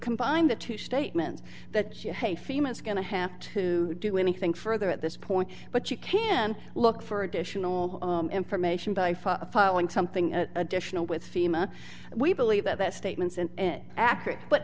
combine the two statements that you hate fema is going to have to do anything further at this point but you can look for additional information by following something additional with fema we believe that statements and accurate but